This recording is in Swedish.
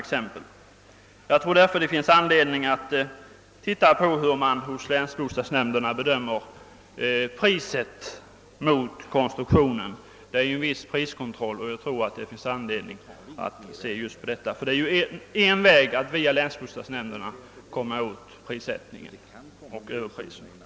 Enligt min mening finns det därför anledning att undersöka hur länsbostadsnämnderna bedömer priset i förhållande till konstruktionen av villan, ty vi har ju här en viss priskontroll. Att genom länsbostadsnämnderna göra något åt överpriserna är ju en av de möjligheter som står till buds.